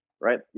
right